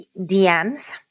DMs